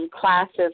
classes